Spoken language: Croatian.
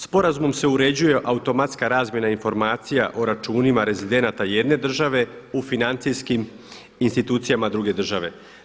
Sporazumom se uređuje automatska razmjena informacija o računima rezidenata jedne države u financijskim institucijama druge države.